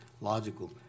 logical